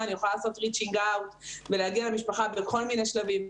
יוכל לעשות ריצ'ינג אאוט ולהגיע למשפחה ובכל מיני שלבים,